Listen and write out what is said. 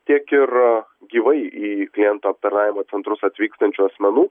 tiek ir gyvai į klientų aptarnavimo centrus atvykstančių asmenų